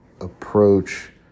approach